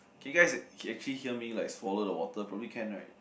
can you guys actually hear me like swallow the water probably can right